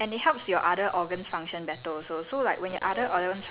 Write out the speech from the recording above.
water helps to flush out the toxins really in your in your body